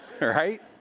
right